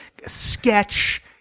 Sketch